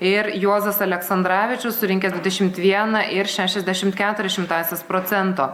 ir juozas aleksandravičius surinkęs dvidešimt vieną ir šešiasdešimt keturias šimtąsias procento